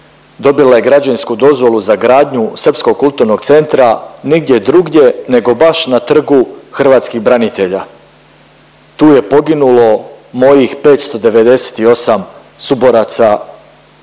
dobila je građevinsku dozvolu za gradnju Srpskog kulturnog centra nigdje drugdje nego baš na Trgu hrvatskih branitelja. Tu je poginulo mojih 598 suboraca